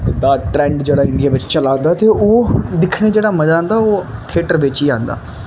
उँदा trend जेह्ड़ा India बिच्च चला दा ऐ ते ओह् दिक्खने गी जेह्ड़ा मज़ा आंदा ओह् थियेटर बिच्च ई आंदा